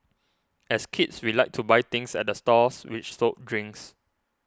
as kids we liked to buy things at the stalls which sold drinks